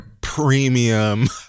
premium